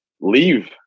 leave